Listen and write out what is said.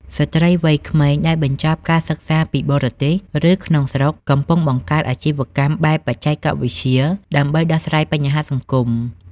ស្ត្រីវ័យក្មេងដែលបញ្ចប់ការសិក្សាពីបរទេស ឬក្នុងស្រុក កំពុងបង្កើតអាជីវកម្មបែបបច្ចេកវិទ្យា ដើម្បីដោះស្រាយបញ្ហាសង្គម។